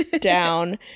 down